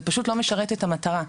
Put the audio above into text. זה פשוט לא משרת את המטרה.